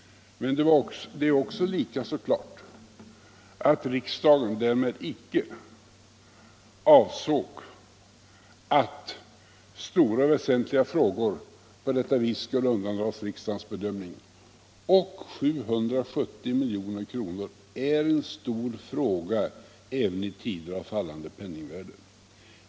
Men det är lika klart att riksdagen därmed icke avsåg att stora och väsentliga frågor på detta vis skulle undandras riksdagens bedömning, och 770 milj.kr. är en stor fråga, även i tider av fallande penningvärde!